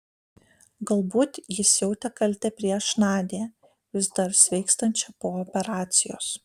galbūt jis jautė kaltę prieš nadią vis dar sveikstančią po operacijos